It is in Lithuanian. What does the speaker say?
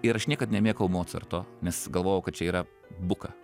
ir aš niekad nemėgau mocarto nes galvojau kad čia yra buka